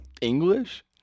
English